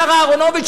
השר אהרונוביץ,